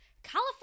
California